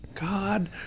god